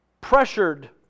pressured